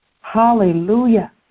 Hallelujah